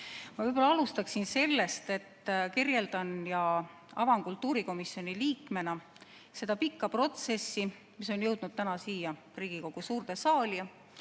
Ma alustaksin sellest, et kirjeldan ja avan kultuurikomisjoni liikmena seda pikka protsessi, mis on jõudnud täna siia Riigikogu suurde saali